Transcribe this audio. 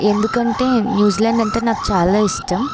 ఎందుకంటే New Zealand అంటే నాకు చాలా ఇష్టం